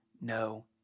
no